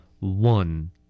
One